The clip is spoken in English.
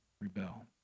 rebel